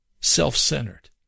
self-centered